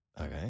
Okay